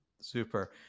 Super